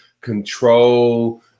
control